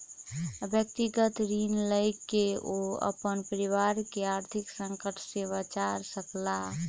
व्यक्तिगत ऋण लय के ओ अपन परिवार के आर्थिक संकट से बचा सकला